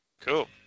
Cool